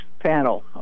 panel